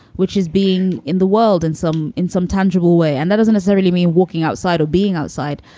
which is being in the world and some in some tangible way. and that doesn't necessarily mean walking outside or being outside.